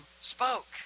spoke